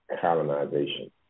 colonization